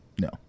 No